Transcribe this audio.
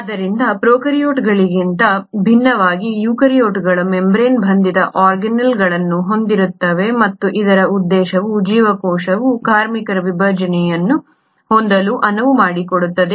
ಆದ್ದರಿಂದ ಪ್ರೊಕಾರ್ಯೋಟ್ಗಳಿಗಿಂತ ಭಿನ್ನವಾಗಿ ಯೂಕ್ಯಾರಿಯೋಟ್ಗಳು ಮೆಂಬ್ರೇನ್ ಬಂಧಿತ ಆರ್ಗಾನ್ಯಿಲ್ಗಳನ್ನು ಹೊಂದಿರುತ್ತವೆ ಮತ್ತು ಇದರ ಉದ್ದೇಶವು ಜೀವಕೋಶವು ಕಾರ್ಮಿಕರ ವಿಭಜನೆಯನ್ನು ಹೊಂದಲು ಅನುವು ಮಾಡಿಕೊಡುತ್ತದೆ